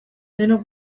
denok